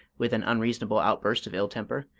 with an unreasonable outburst of ill-temper,